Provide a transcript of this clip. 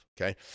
okay